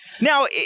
now